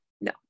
No